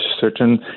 certain